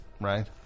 Right